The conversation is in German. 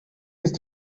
ist